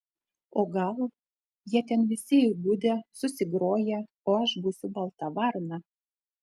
o gal jie ten visi įgudę susigroję o aš būsiu balta varna